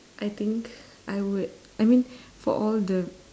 I think I would I mean for all the